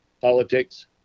politics